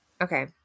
Okay